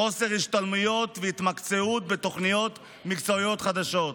חוסר בהשתלמויות והתמקצעות בתוכניות מקצועיות חדשות.